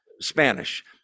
Spanish